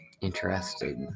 Interested